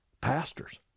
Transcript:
pastors